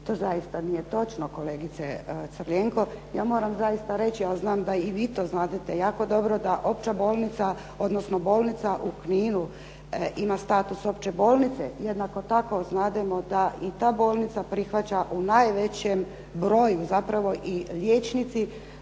To zaista nije točno kolegice Crljenko. Ja moram zaista reći, ali znam da i vi to znadete jako dobro da opća bolnica, odnosno bolnica u Kninu ima status opće bolnice. Jednako tako znademo da i ta bolnica prihvaća u najvećem broju zapravo i liječnici